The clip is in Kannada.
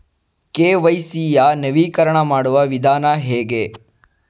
ಕೆ.ವೈ.ಸಿ ಯ ನವೀಕರಣ ಮಾಡುವ ವಿಧಾನ ಹೇಗೆ?